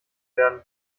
werden